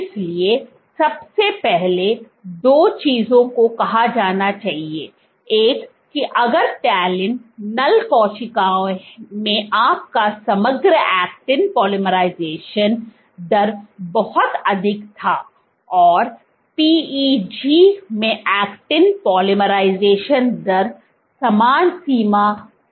इसलिए सबसे पहले दो चीजों को कहा जाना चाहिए एक की अगर टैलिन नल कोशिकाओं में आपका समग्र एक्टिन पोलीमराइजेशन दर बहुत अधिक था और PEG में एक्टिन पोलीमराइज़ेशन दर समान सीमा तक नहीं थी